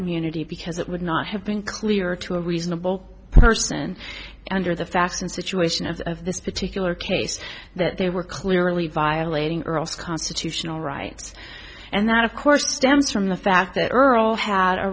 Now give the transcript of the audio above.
immunity because it would not have been clear to a reasonable person under the fast and situation of this particular case that they were clearly violating earle's constitutional rights and that of course stems from the fact that earl had